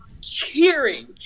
cheering